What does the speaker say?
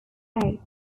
eight